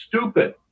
stupid